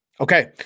Okay